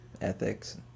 Ethics